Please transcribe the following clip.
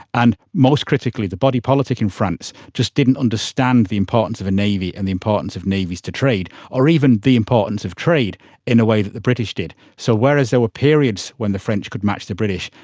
and, most critically, the body politic in france just didn't understand the importance of a navy and the importance of navies to trade, or even the importance of trade in the way that the british did. so whereas there were periods when the french could match the british,